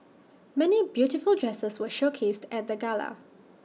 many beautiful dresses were showcased at the gala